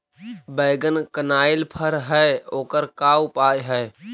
बैगन कनाइल फर है ओकर का उपाय है?